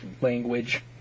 language